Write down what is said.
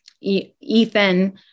Ethan